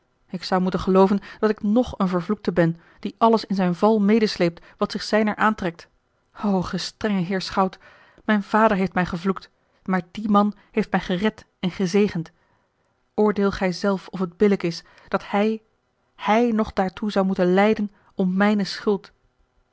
ik zou moeten gelooven dat ik nog een vervloekte ben die alles in zijn val medesleept wat zich zijner aantrekt o gestrenge heer schout mijn vader heeft mij gevloekt maar die man heeft mij gered en gezegend oordeel gij zelf of het billijk is dat hij hij nog daartoe zou moeten lijden om mijne schuld